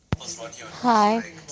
Hi